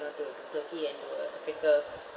to turkey and to uh africa